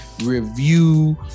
review